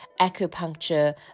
acupuncture